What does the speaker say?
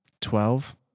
twelve